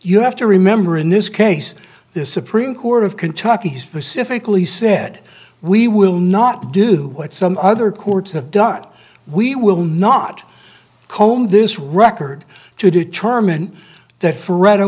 you have to remember in this case the supreme court of kentucky specifically said we will not do what some other courts have done we will not combed this record to determine that for